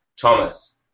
Thomas